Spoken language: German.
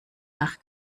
nach